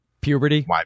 puberty